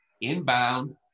inbound